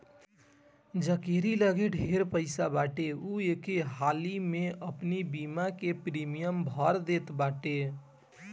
जकेरी लगे ढेर पईसा बाटे उ एके हाली में अपनी बीमा के प्रीमियम भर देत बाटे